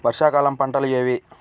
వర్షాకాలం పంటలు ఏవి?